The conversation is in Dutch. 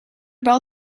bal